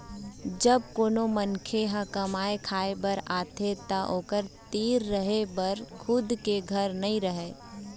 जब कोनो मनखे ह कमाए खाए बर आथे त ओखर तीर रहें बर खुद के घर नइ रहय